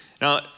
Now